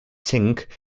singh